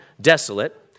desolate